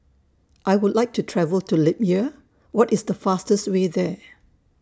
I Would like to travel to Libya What IS The fastest Way There